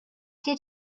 did